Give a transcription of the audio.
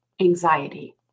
anxiety